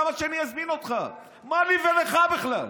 למה שאני אזמין אותך, מה לי ולך בכלל?